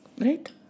Right